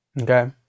Okay